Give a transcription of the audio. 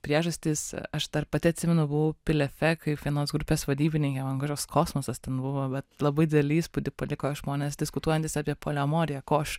priežastys aš dar pati atsimenu buvau pilefe kaip finansų grupės vadybininkė ant kurios kosmosas ten buvo bet labai didelį įspūdį paliko žmonės diskutuojantys apie poliamoriją ko aš